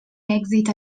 èxit